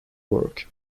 work